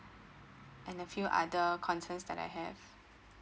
and a few other concerns that I have